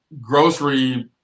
grocery